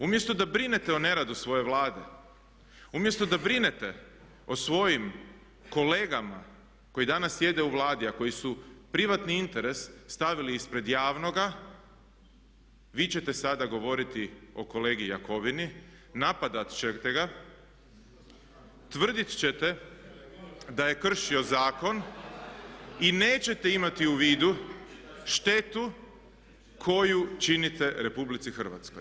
Umjesto da brinete o neradu svoje Vlade, umjesto da brinete o svojim kolegama koji danas sjede u Vladi a koji su privatni interes stavili ispred javnoga vi ćete sada govoriti o kolegi Jakovini, napadati ćete ga, tvrditi ćete da je kršio zakon i nećete imati u vidu štetu koju činite RH.